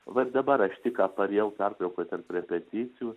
va dabar aš tik ką parėjau pertraukoj tarp repeticijų